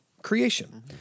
creation